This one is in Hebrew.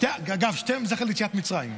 אגב, שניהם הם זכר ליציאת מצרים.